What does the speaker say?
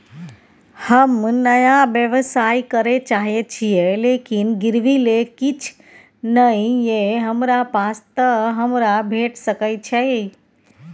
हम नया व्यवसाय करै चाहे छिये लेकिन गिरवी ले किछ नय ये हमरा पास त हमरा भेट सकै छै?